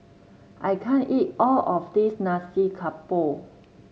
I can't eat all of this Nasi Campur